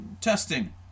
testing